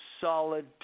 solid